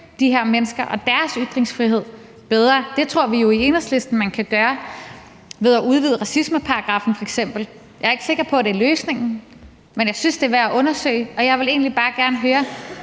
de her mennesker og deres ytringsfrihed. Det tror vi jo i Enhedslisten man kan gøre ved f.eks. at udvide racismeparagraffen. Jeg er ikke sikker på, at det er løsningen, men jeg synes, det er værd at undersøge. Jeg vil egentlig bare gerne høre,